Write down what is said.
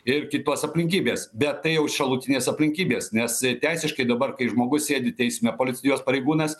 ir kitos aplinkybės bet tai jau šalutinės aplinkybės nes teisiškai dabar kai žmogus sėdi teisme policijos pareigūnas